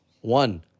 one